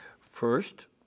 First